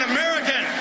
American